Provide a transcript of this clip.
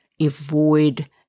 avoid